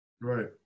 Right